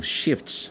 shifts